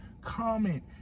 comment